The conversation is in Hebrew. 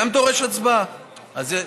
התשע"ז 2017,